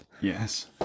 Yes